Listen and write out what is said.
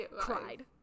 cried